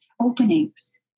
openings